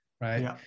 right